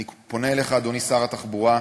אני פונה אליך, אדוני שר התחבורה,